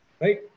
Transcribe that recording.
right